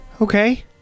Okay